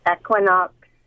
Equinox